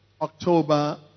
October